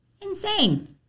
insane